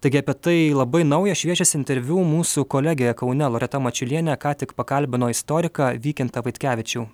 taigi apie tai labai naujas šviežias interviu mūsų kolegė kaune loreta mačiulienė ką tik pakalbino istoriką vykintą vaitkevičių